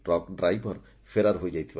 truck driver ଫେରାର ହୋଇଯାଇଛି